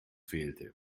fehlte